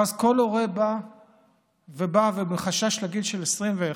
ואז כל הורה בא בחשש לגיל 21,